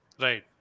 Right